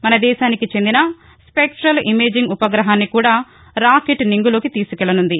మనదేశానికి చెందిన spectral imaging ఉప్పగహాన్ని కూడా రాకెట్ నింగిలోకి తీసుకెక్లనుంది